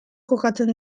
jokatzen